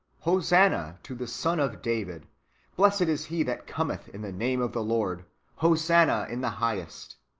hosanna to the son of david blessed is he that cometh in the name of the lord hosanna in the hio liest.